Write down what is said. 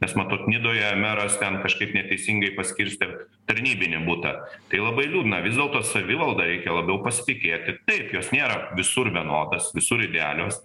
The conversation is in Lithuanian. nes matot nidoje meras ten kažkaip neteisingai paskirstė tarnybinį butą tai labai liūdna vis dėlto savivalda reikia labiau pasitikėti taip jos nėra visur vienodas visur idealios